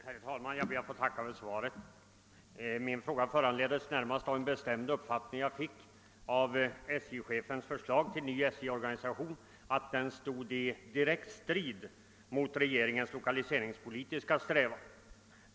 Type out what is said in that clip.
Herr talman! Jag ber att få tacka för svaret. Min fråga föranleddes närmast av den bestämda uppfattning jag fick av SJ-chefens förslag till ny organisation för SJ, nämligen att organisationen i långa stycken stod i direkt strid mot regeringens lokaliseringspolitiska strävanden.